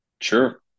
Sure